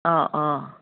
অঁ অঁ